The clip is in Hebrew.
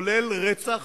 לרבות רצח,